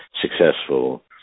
successful